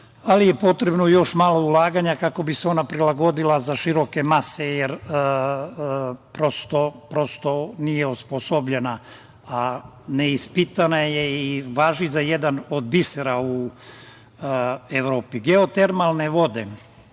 ali je potrebno još malo ulaganja kako bi se ona prilagodila za široke mase, jer prosto nije osposobljena, a neispitana je i važi za jedan od bisera u Evropi. Geotermalne vode.